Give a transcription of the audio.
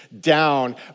down